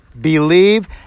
believe